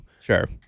sure